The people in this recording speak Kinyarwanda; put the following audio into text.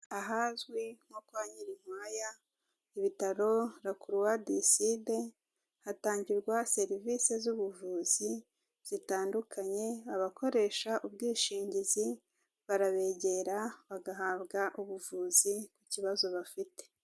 Ahazwi nko kwa Nyirinkwaya, ibitaro La Croix du Sud, hatangirwa serivisi z'ubuvuzi zitandukanye, abakoresha ubwishingizi barabegera bagahabwa ubuvuzi ku kibazo bafite.